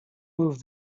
move